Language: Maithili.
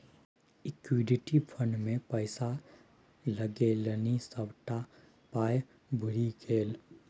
इक्विटी फंड मे पैसा लगेलनि सभटा पाय बुरि गेल